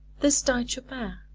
thus died chopin,